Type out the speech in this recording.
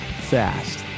fast